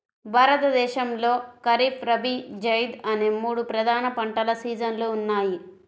భారతదేశంలో ఖరీఫ్, రబీ, జైద్ అనే మూడు ప్రధాన పంటల సీజన్లు ఉన్నాయి